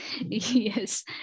yes